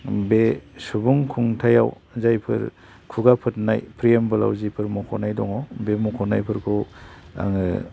बे सुबुं खुंथायाव जायफोर खुगाफोरनाय प्रियेम्ब'लाव जि मख'नाय दं बे मख'नायफोरखौ आङो